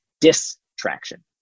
distraction